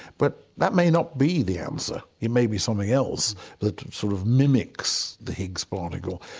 but that may not be the answer, it may be something else that sort of mimics the higgs particle.